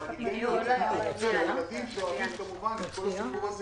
אבל הילדים שואבים את הסיפור,